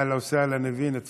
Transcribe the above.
אהלן וסהלן, ניבין.